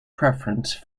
preference